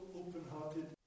open-hearted